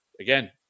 again